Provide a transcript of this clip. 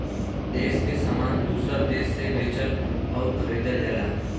देस के सामान दूसर देस मे बेचल अउर खरीदल जाला